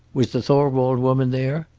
was the thorwald woman there?